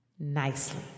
nicely